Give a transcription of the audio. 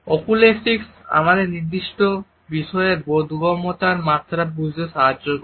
oculesics আমাদের নির্দিষ্ট বিষয়ের বোধগম্যতার মাত্রা বুঝতে সাহায্য করে